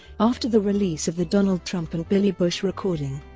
after the release of the donald trump and billy bush recording,